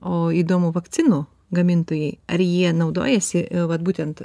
o įdomu vakcinų gamintojai ar jie naudojasi vat būtent